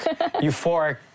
Euphoric